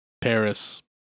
Paris